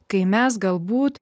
kai mes galbūt